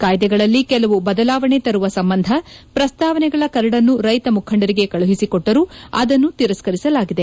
ಕಾಯ್ದೆಗಳಲ್ಲಿ ಕೆಲವು ಬದಲಾವಣೆ ತರುವ ಸಂಬಂಧ ಪ್ರಸ್ತಾವನೆಗಳ ಕರಡನ್ನು ರೈತ ಮುಖಂಡರಿಗೆ ಕಳುಹಿಸಿಕೊಟ್ಟರೂ ಅದನ್ನು ತಿರಸ್ಕರಿಸಲಾಗಿದೆ